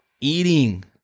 eating